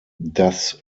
das